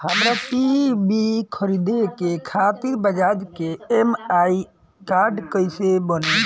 हमरा टी.वी खरीदे खातिर बज़ाज़ के ई.एम.आई कार्ड कईसे बनी?